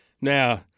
Now